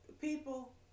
People